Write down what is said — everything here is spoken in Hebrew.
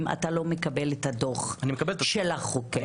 אם אתה לא מקבל את הדוח של החוקר.